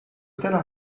telles